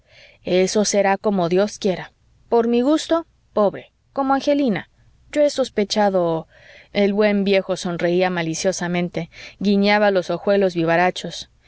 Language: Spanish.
eso será como dios quiera por mi gusto pobre como angelina yo he sospechado el buen viejo sonreía maliciosamente guiñaba los ojuelos